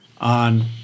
on